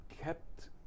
kept